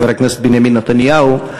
חבר הכנסת בנימין נתניהו,